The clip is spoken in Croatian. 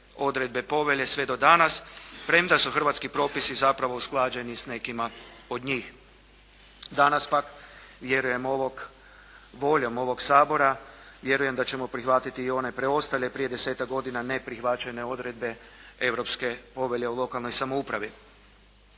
odredbe Povelje sve do danas, premda su hrvatski propisi zapravo usklađeni s nekima od njih. Danas pak, vjerujem ovog, voljom ovog Sabora, vjerujem da ćemo prihvatiti i one preostale, prije desetak godina neprihvaćene odredbe Europske povelje o lokalnoj samoupravi.